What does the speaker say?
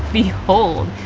behold,